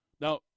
Now